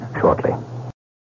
shortly